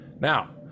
now